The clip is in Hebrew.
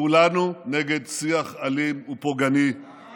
כולנו נגד שיח אלים ופוגעני,